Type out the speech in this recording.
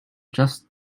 just